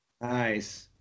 nice